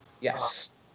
Yes